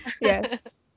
Yes